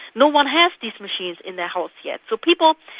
no one has these machines in their house yet. so people,